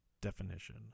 definition